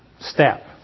step